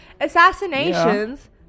Assassinations